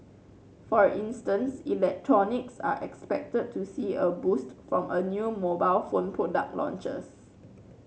for instance electronics are expected to see a boost from a new mobile phone product launches